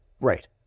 Right